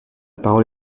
parole